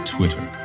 Twitter